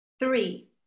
Three